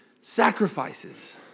sacrifices